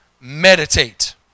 meditate